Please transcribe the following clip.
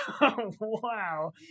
Wow